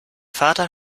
vater